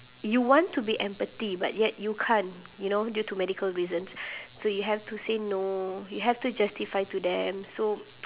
you want to be empathy but yet you can't you know due to medical reasons so you have to say no you have to justify to them so